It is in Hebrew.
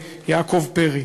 יעקב פרי.